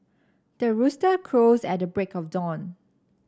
the rooster crows at the break of dawn